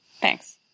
Thanks